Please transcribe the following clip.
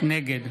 נגד